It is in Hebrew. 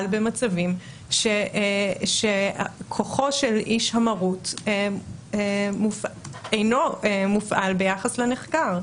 במצבים שכוחו של איש המרות אינו מופעל ביחס לנחקר.